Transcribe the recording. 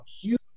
huge